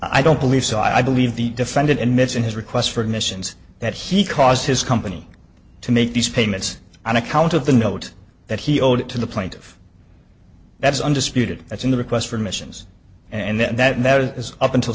i don't believe so i believe the defendant admitting his requests for admissions that he caused his company to make these payments on account of the note that he owed it to the plaintiff that's undisputed that's in the request for missions and that is up until